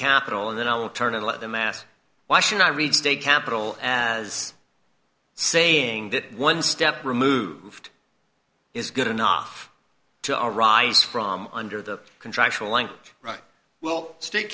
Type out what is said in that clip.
capital and then i will turn and let them ask why should i read state capital as saying that one step removed is good enough to arise from under the contractual language right well state